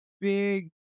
big